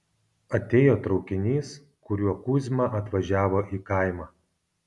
atėjo traukinys kuriuo kuzma atvažiavo į kaimą